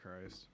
Christ